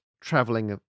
traveling